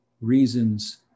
reasons